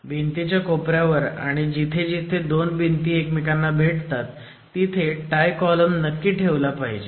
भिंतीच्या कोपऱ्यावर आणि जिथे जिथे 2 भिंती एकमेकांना भेटतात तिथे टाय कॉलम नक्की ठेवला पाहिजे